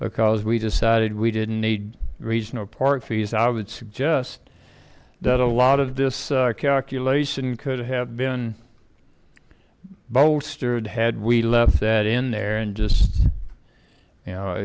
because we decided we didn't need regional park fees i would suggest that a lot of this calculation could have been bolstered had we left that in there and just